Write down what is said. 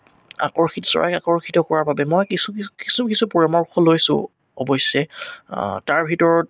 আকৰ্ষিত চৰাই আকৰ্ষিত কৰাৰ বাবে মই কিছু কিছু পৰামৰ্শ লৈছোঁ অৱশ্যে তাৰ ভিতৰত